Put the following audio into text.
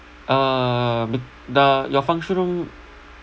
uh bi~ the your function room